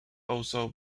also